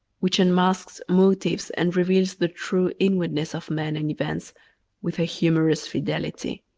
which unmasks motives and reveals the true inwardness of men and events with a humorous fidelity.